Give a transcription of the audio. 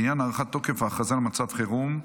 בעניין הארכת תוקף ההכרזה על מצב חירום.